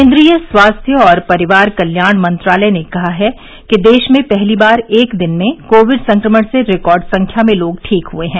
केन्द्रीय स्वास्थ्य और परिवार कल्याण मंत्रालय ने कहा है कि देश में पहली बार एक दिन में कोविड संक्रमण से रिकॉर्ड संख्या में लोग ठीक हुए हैं